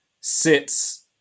sits